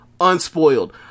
unspoiled